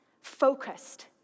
focused